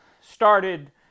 started